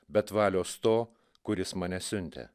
bet valios to kuris mane siuntė